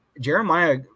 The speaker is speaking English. jeremiah